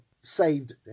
saved